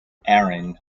aaron